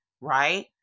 right